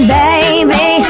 baby